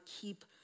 keep